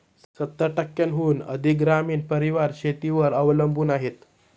सत्तर टक्क्यांहून अधिक ग्रामीण परिवार शेतीवर अवलंबून आहेत